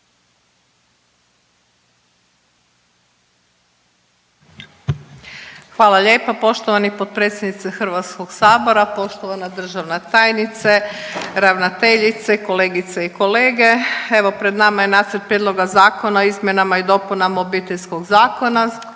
Hvala lijepa poštovani potpredsjedniče Hrvatskog sabora, poštovana državna tajnice, ravnateljice, kolegice i kolege. Evo pred nama je Nacrt prijedloga zakona o izmjenama i dopunama Obiteljskog zakona.